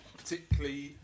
particularly